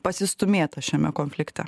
pasistūmėta šiame konflikte